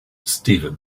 steven